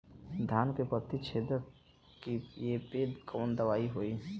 धान के पत्ती छेदक कियेपे कवन दवाई होई?